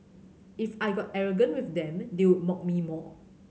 if I got arrogant with them they would mock me more